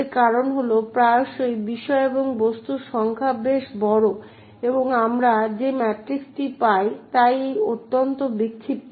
এর কারণ হল প্রায়শই বিষয় এবং বস্তুর সংখ্যা বেশ বড় এবং আমরা যে ম্যাট্রিক্সটি পাই তা অত্যন্ত বিক্ষিপ্ত